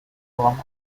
form